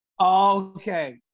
okay